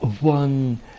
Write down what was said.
one